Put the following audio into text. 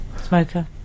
smoker